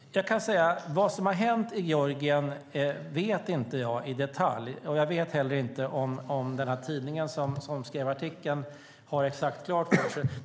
Jag kan säga att jag inte vet i detalj vad som har hänt i Georgien. Jag vet inte heller om den tidning som skrev artikeln har det exakt klart för sig.